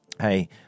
Hey